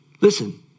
listen